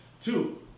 Two